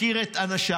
מכיר את אנשיו,